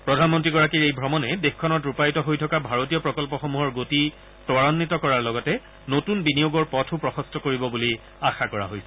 প্ৰধানমন্ত্ৰীগৰাকীৰ এই অমণে দেশখনত ৰূপায়িত হৈ থকা ভাৰতীয় প্ৰকল্পসমূহৰ গতি ত্বৰান্নিত কৰাৰ লগতে নতুন বিনিয়োগৰ পথো প্ৰশস্ত কৰিব বুলি আশা কৰা হৈছে